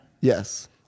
Yes